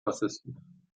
bassisten